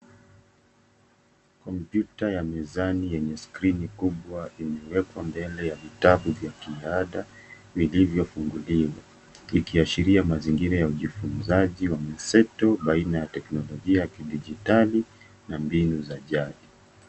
Kompyuta ya mezani yenye skrini kubwa imewekwa mbele ya vitabu vya kiada, vilivyofunguliwa, vikiashiria mazingira ya ujifunzaji wa mseto baina ya teknolojia ya kidijitali na mbinu za jadi.